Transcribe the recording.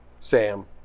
Sam